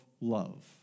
love